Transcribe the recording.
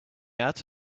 out